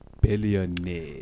billionaire